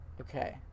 Okay